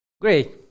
Great